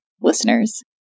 listeners